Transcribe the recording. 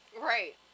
Right